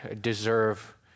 deserve